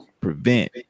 prevent